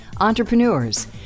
entrepreneurs